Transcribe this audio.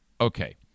Okay